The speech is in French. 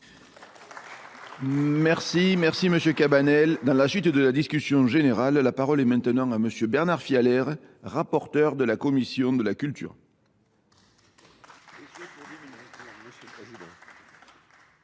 Merci, merci monsieur Cabanel. Dans la suite de la discussion générale, la parole est maintenant à monsieur Bernard Fialer, rapporteur de la Commission de la Culture.